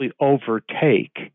overtake